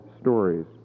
stories